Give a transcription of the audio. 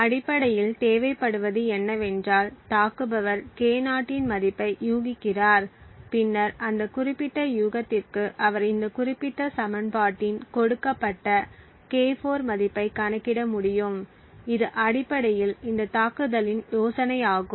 அடிப்படையில் தேவைப்படுவது என்னவென்றால் தாக்குபவர் K0 இன் மதிப்பை யூகிக்கிறார் பின்னர் அந்த குறிப்பிட்ட யூகத்திற்கு அவர் இந்த குறிப்பிட்ட சமன்பாட்டின் கொடுக்கப்பட்ட K4 மதிப்பைக் கணக்கிட முடியும் இது அடிப்படையில் இந்த தாக்குதலின் யோசனையாகும்